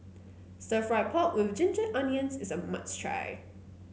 stir fry pork with Ginger Onions is a must try